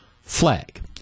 flag